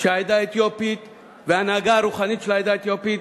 שהעדה האתיופית וההנהגה הרוחנית של העדה האתיופית